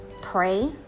pray